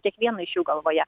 kiekvieno iš jų galvoje